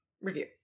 review